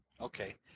Okay